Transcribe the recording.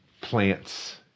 plants